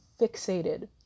fixated